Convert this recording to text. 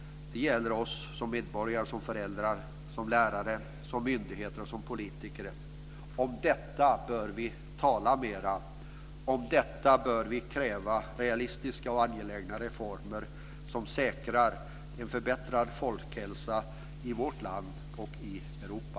Det gäller oss som medborgare, föräldrar, lärare, myndigheter och politiker. Om detta bör vi tala mera. För detta bör vi kräva realistiska och angelägna reformer som säkrar en förbättrad folkhälsa i vårt land och i Europa.